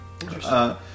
interesting